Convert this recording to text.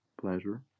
pleasure